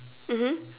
mmhmm